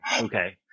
Okay